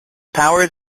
powers